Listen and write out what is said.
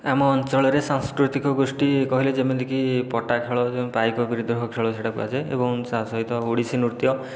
ଆମ ଅଞ୍ଚଳରେ ସାଂସ୍କୃତିକ ଗୋଷ୍ଠି କହିଲେ ଯେମିତି କି ପଟା ଖେଳ ପାଇକ ବିଦ୍ରୋହ ଖେଳ ସେଟା କୁହାଯାଏ ଏବଂ ତା'ସହିତ ଓଡ଼ିଶୀ ନୃତ୍ୟ